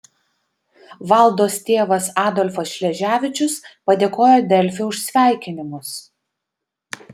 valdos tėvas adolfas šleževičius padėkojo delfi už sveikinimus